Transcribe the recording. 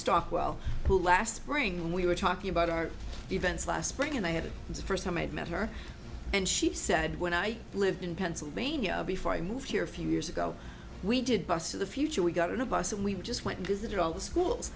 stockwell who last spring when we were talking about our events last spring and i had the first time i'd met her and she said when i lived in pennsylvania before i moved here a few years ago we did bus to the future we got in a bus and we just went to visit all the schools